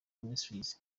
ministries